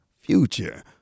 future